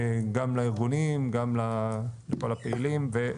גם לארגונים גם לכל הפעילים.